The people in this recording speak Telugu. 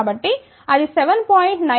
కాబట్టి అది 7